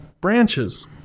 branches